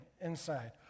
inside